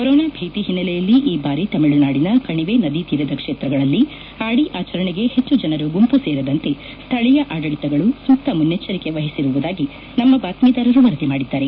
corona ಭೀತಿ ಹಿನ್ನೆಲೆಯಲ್ಲಿ ಈ ಬಾರಿ ತಮಿಳುನಾಡಿನ ಕಣಿವೆ ನದಿ ತೀರದ ಕ್ಷೇತ್ರಗಳಲ್ಲಿ ಆಡಿ ಆಚರಣೆಗೆ ಹೆಚ್ಚು ಜನರು ಗುಂಪು ಸೇರದಂತೆ ಸ್ಥಳೀಯ ಆಡಳಿತಗಳು ಸೂಕ್ಷ ಮುನ್ನಚ್ಚರಿಕೆ ವಹಿಸಿರುವುದಾಗಿ ನಮ್ಮ ಬಾತ್ಮೀದಾರರು ವರದಿ ಮಾದಿದ್ದಾರೆ